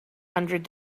hundred